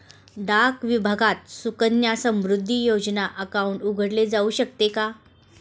डाक विभागात सुकन्या समृद्धी योजना अकाउंट उघडले जाऊ शकते का?